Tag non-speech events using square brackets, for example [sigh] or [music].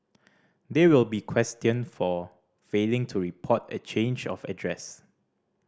they will be [unintelligible] for failing to report a change of address